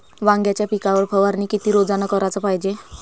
वांग्याच्या पिकावर फवारनी किती रोजानं कराच पायजे?